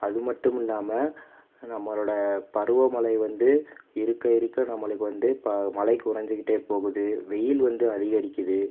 அதுமட்டுமில்லாமல் நம்மளோட பருவமழை வந்து இருக்க இருக்க நம்மளுக்கு வந்து மழை குறஞ்சிகிட்டே போகுது வெயில் வந்து அதிகரிக்குது